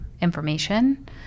information